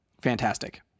fantastic